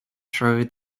through